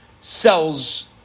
sells